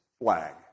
flag